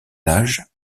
l’âge